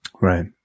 right